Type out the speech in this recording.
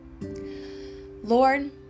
Lord